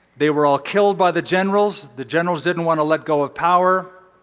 they were all killed by the generals. the generals didn't want to let go of power.